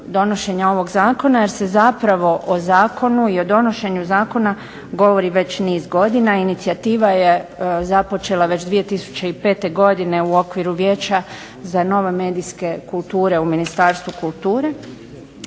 donošenja ovog zakona jer se zapravo o zakonu i o donošenju zakona govori već niz godina. Inicijativa je započela već 2005. godine u okviru Vijeća za nove medijske kulture u Ministarstvu kulture